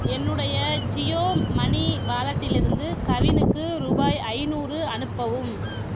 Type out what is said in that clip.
என்னுடைய ஜியோ மனி வாலட்டிலிருந்து கவினுக்கு ரூபாய் ஐநூறு அனுப்பவும்